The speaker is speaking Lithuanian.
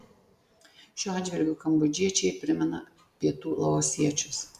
šiuo atžvilgiu kambodžiečiai primena pietų laosiečius